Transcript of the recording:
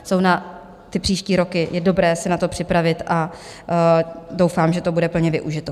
Jsou na ty příští roky, je dobré si na to připravit a doufám, že to bude plně využito.